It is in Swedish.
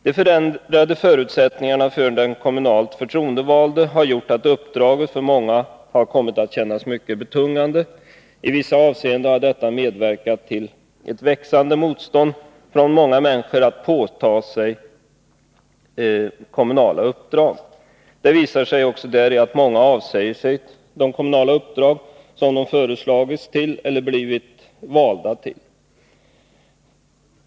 De förändrade förutsättningarna för den kommunalt förtroendevalde har gjort att uppdraget för många har kommit att kännas mycket betungande. I vissa avseenden har detta medverkat till ett växande motstånd från många människor att påta sig kommunala uppdrag. Det visar sig också däri att många avsäger sig de kommunala uppdrag som de föreslagits till eller blivit valda till.